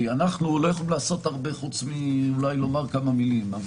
כי אנחנו לא יכולים לעשות הרבה חוץ מלומר כמה מילים.